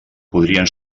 podrien